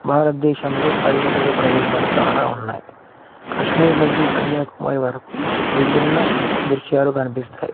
భారతదేశంలో పర్యాటక ప్రదేశాలు చాలా ఉన్నాయి కాశ్మీర్ నుంచి కన్యాకుమారి వరకు విభిన్న దృశ్యాలు కనిపిస్తాయి